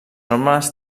normes